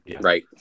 Right